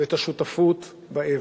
ואת השותפות באבל.